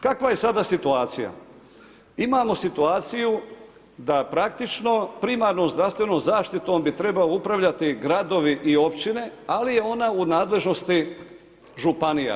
Kakva je sada situacija, imamo situaciju da praktično primarnu zdravstvenu zaštitu on bi trebao upravljati gradovi i općine, ali je ona u nadležnosti županija.